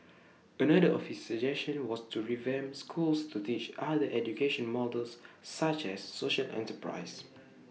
another of his suggestion was to revamp schools to teach other education models such as social enterprise